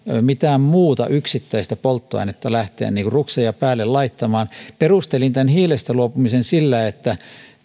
minkään muun yksittäisen polttoaineen päälle lähteä rukseja laittamaan perustelin tämän hiilestä luopumisen sillä että